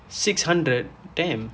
six hundred damn